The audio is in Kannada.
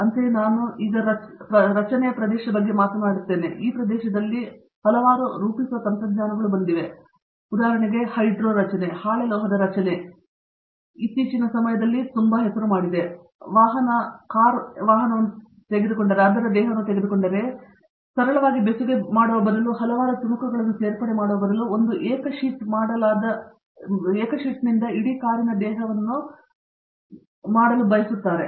ಅಂತೆಯೇ ಈಗ ನಾನು ರಚನೆ ಪ್ರದೇಶವಾಗಿ ಮಾಡಿದರೆ ಹೊಸ ರೂಪಿಸುವ ತಂತ್ರಜ್ಞಾನಗಳು ಬಂದಿವೆ ಉದಾಹರಣೆಗೆ ಹೈಡ್ರೊ ರಚನೆ ಹಾಳೆ ಲೋಹದ ರಚನೆಯು ಇತ್ತೀಚಿನ ಸಮಯಗಳಲ್ಲಿ ನಿಮಗೆ ತಿಳಿದಿದೆ ದೊಡ್ಡದಾಗಿದೆ ಉದಾಹರಣೆಗೆ ನಾನು ವಾಹನ ಕಾರ್ ದೇಹವನ್ನು ತೆಗೆದುಕೊಂಡರೆ ಈ ಜನರಿಗೆ ಸರಳವಾಗಿ ಬೆಸುಗೆ ಬದಲು ಮತ್ತು ಹಲವಾರು ತುಣುಕುಗಳನ್ನು ಸೇರ್ಪಡೆ ಮಾಡುವ ಬದಲು 1 ಏಕ ಶೀಟ್ ಮಾಡಲಾದ ಇಡೀ ಕಾರಿನ ದೇಹವನ್ನು ಹೊಂದಲು ಬಯಸುತ್ತೇನೆ